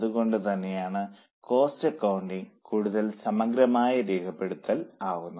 അതുകൊണ്ടുതന്നെയാണ് cost accounting കൂടുതൽ സമഗ്രമായ രേഖപ്പെടുത്തൽ ആകുന്നത്